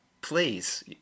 please